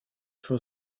for